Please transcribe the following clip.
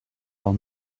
all